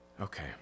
Okay